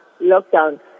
lockdown